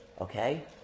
okay